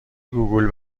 گوگول